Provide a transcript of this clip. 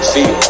See